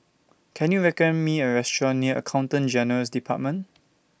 Can YOU recommend Me A Restaurant near Accountant General's department